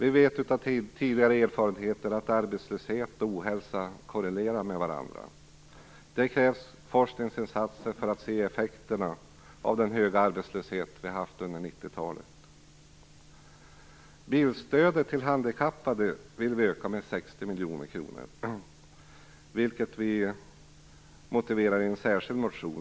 Av erfarenhet vet vi att arbetslöshet och ohälsa korrelerar med varandra. Det krävs forskningsinsatser för att se effekterna av den höga arbetslöshet som vi haft under 90-talet. Bilstödet till handikappade vill vi öka med 60 miljoner kronor, vilket vi motiverar i en särskild motion.